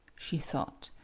she thought.